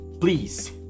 please